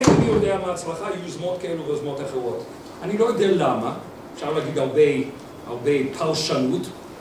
איני יודע מה ההצלחה, היו יוזמות כאלו ויוזמות אחרות, אני לא יודע למה... אפשר להגיד הרבה, הרבה פרשנות